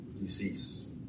Deceased